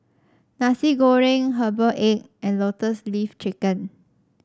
Nasi Goreng Herbal Egg and Lotus Leaf Chicken